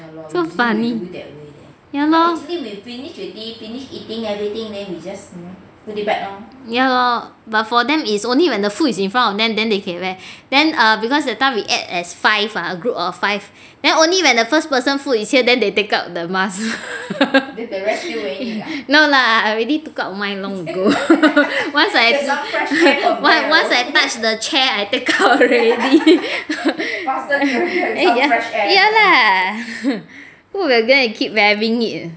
so funny ya lor ya lor but for them is only when the food is in front of them then they can wear then err because that time we ate as five ah a group of five then only when the first person food is here then they take out the mask no lah I already took out mine long ago once I once once I touch the chair I take out already ya lah who will go and keep wearing it